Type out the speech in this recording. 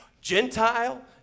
Gentile